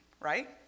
right